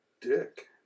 dick